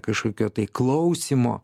kažkokio tai klausymo